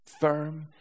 firm